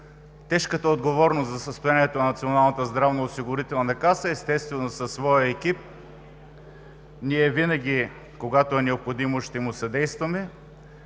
тежката отговорност за състоянието на Националната здравноосигурителна каса, естествено със своя екип. Винаги, когато е необходимо, ние ще му съдействаме.